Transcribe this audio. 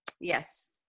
yes